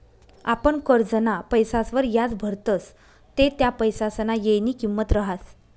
आपण करजंना पैसासवर याज भरतस ते त्या पैसासना येयनी किंमत रहास